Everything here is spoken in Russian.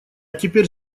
теперь